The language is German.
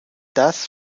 das